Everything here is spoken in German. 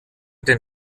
den